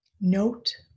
Note